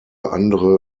andere